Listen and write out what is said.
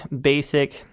basic